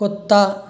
कुत्ता